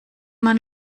man